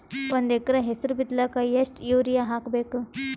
ಒಂದ್ ಎಕರ ಹೆಸರು ಬಿತ್ತಲಿಕ ಎಷ್ಟು ಯೂರಿಯ ಹಾಕಬೇಕು?